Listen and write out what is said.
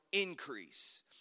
increase